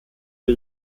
der